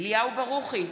אליהו ברוכי,